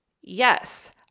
Yes